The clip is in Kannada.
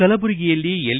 ಕಲಬುರಗಿಯಲ್ಲಿ ಎಲ್